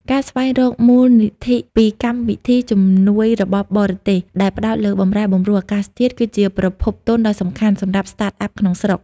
ការស្វែងរកមូលនិធិពីកម្មវិធីជំនួយរបស់បរទេស ដែលផ្ដោតលើបម្រែបម្រួលអាកាសធាតុ គឺជាប្រភពទុនដ៏សំខាន់សម្រាប់ Startup ក្នុងស្រុក។